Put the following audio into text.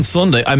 Sunday